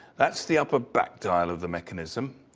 that's the upper back dial of the mechanism.